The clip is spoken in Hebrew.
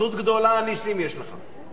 זכות גדולה, נסים, יש לך.